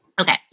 Okay